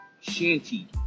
Shanty